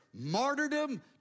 martyrdom